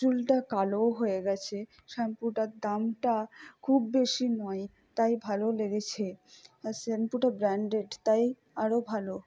চুলটা কালোও হয়ে গিয়েছে শ্যাম্পুটার দামটা খুব বেশি নয় তাই ভালোও লেগেছে আর শ্যাম্পুটা ব্র্যান্ডেড তাই আরও ভালো